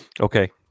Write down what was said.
Okay